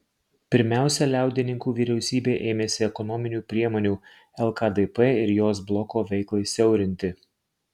pirmiausia liaudininkų vyriausybė ėmėsi ekonominių priemonių lkdp ir jos bloko veiklai siaurinti